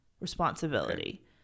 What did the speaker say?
responsibility